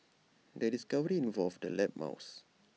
the discovery involved the lab mouse